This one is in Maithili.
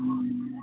हूँ